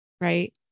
right